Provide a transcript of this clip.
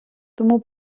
тому